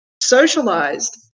socialized